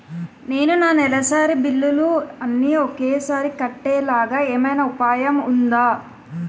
నేను నా నెలసరి బిల్లులు అన్ని ఒకేసారి కట్టేలాగా ఏమైనా ఉపాయం ఉందా?